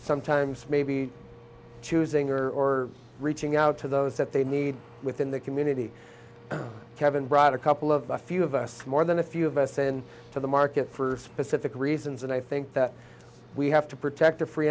sometimes maybe choosing or reaching out to those that they need within the community kevin brought a couple of a few of us more than a few of us in to the market for specific reasons and i think that we have to protect the free